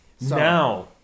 Now